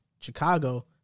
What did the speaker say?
Chicago—